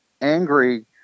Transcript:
angry